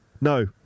No